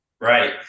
right